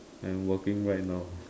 and working right now